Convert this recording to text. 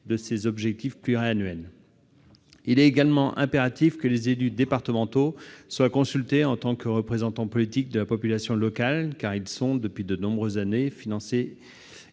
de ces objectifs pluriannuels. Il est également impératif que les élus départementaux soient consultés en tant que représentants politiques de la population locale, car ils ont, depuis de nombreuses années, financé